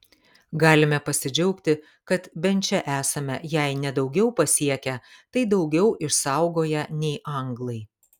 galime pasidžiaugti kad bent čia esame jei ne daugiau pasiekę tai daugiau išsaugoję nei anglai